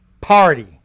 Party